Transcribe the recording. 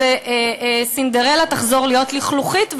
לדלעת וסינדרלה תחזור להיות לכלוכית.